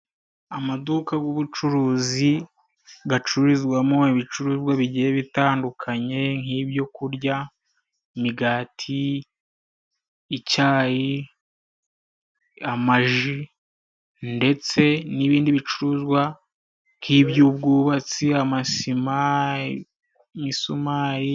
Amaduka g'ubucuruzi gacururizwamo ibicuruzwa bigiye bitandukanye nk'ibyo kurya, imigati ,icyayi, amaji ndetse n'ibindi bicuruzwa nk' iby'ubwubatsi, amasima, imisumari.